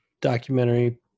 documentary